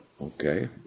okay